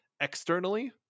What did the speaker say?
externally